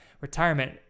retirement